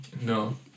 no